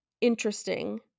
interesting